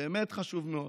באמת חשוב מאוד,